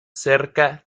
cerca